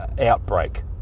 outbreak